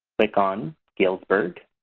click on galesburg,